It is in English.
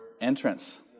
entrance